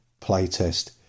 playtest